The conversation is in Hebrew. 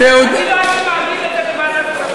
אני לא הייתי מעביר את זה בוועדת הכספים.